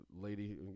lady